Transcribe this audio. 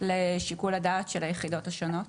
לשיקול הדעת של היחידות השונות?